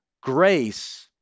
grace